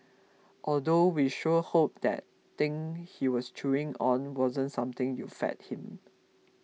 although we sure hope that thing he was chewing on wasn't something you fed him